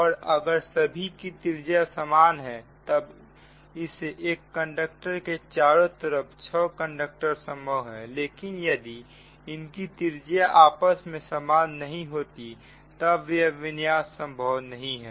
और अगर सभी की त्रिज्या समान है तब इस एक कंडक्टर के चारों तरफ 6 कंडक्टर संभव है लेकिन यदि इनकी त्रिज्या आपस में समान नहीं होती तब यह विन्यास संभव नहीं है